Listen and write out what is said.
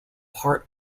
part